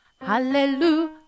Hallelujah